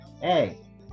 Hey